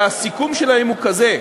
שהסיכום שלהם הוא כזה: